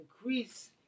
increase